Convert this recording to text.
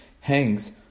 hangs